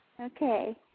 Okay